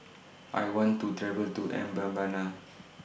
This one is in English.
I want to travel to Mbabana